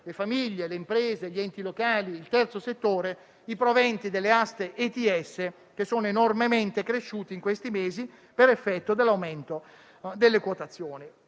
famiglie, imprese, enti locali e terzo settore, i proventi delle aste ETS, che sono enormemente cresciute in questi mesi per effetto dell'aumento delle quotazioni.